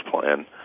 plan